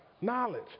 Knowledge